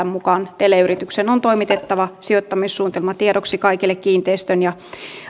mukaan teleyrityksen on toimitettava sijoittamissuunnitelma tiedoksi kaikille kiinteistön ja